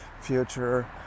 future